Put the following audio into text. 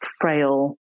frail